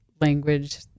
language